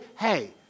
hey